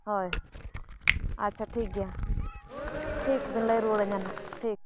ᱦᱳᱭ ᱟᱪᱪᱷᱟ ᱴᱷᱤᱠ ᱜᱮᱭᱟ ᱴᱷᱤᱠ ᱵᱤᱱ ᱞᱟᱹᱭ ᱨᱩᱭᱟᱹᱲ ᱟᱹᱧᱟᱹ ᱱᱟᱦᱟᱸᱜ ᱴᱷᱤᱠ